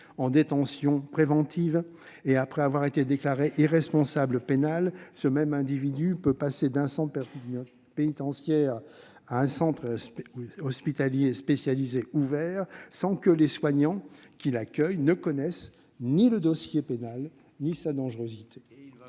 en détention provisoire. Après avoir été déclaré irresponsable pénalement, ce même individu peut passer d'un centre pénitentiaire à un centre hospitalier spécialisé ouvert, sans que les soignants qui l'accueillent connaissent ni son dossier pénal ni sa dangerosité.